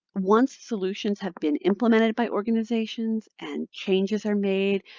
once solutions have been implemented by organizations and changes are made,